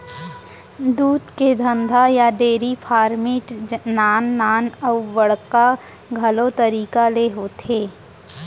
दूद के धंधा या डेरी फार्मिट नान नान अउ बड़का घलौ तरीका ले होथे